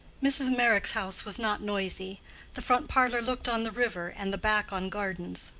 mrs. meyrick's house was not noisy the front parlor looked on the river, and the back on gardens,